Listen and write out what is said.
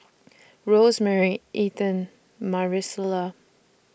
Rosemary Ethen Marisela